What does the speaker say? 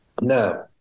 Now